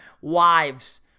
wives